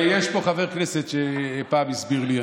יש פה חבר כנסת שפעם הסביר לי,